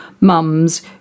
mums